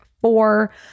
four